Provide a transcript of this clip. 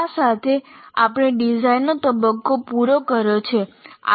આ સાથે આપણે ડિઝાઇનનો તબક્કો પૂરો કર્યો છે